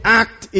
act